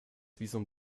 visum